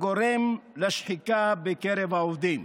הגורם לשחיקה בקרב העובדים.